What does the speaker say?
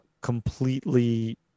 completely